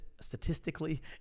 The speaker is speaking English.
statistically